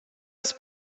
els